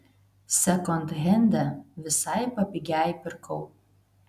sekondhende visai papigiai pirkau